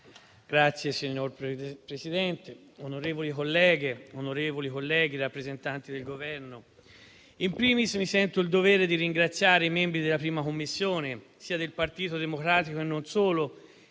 Signor Presidente, onorevoli colleghe, onorevoli colleghi, rappresentanti del Governo, *in primis* sento il dovere di ringraziare i membri della 1a Commissione, sia del Partito Democratico e non solo,